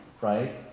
right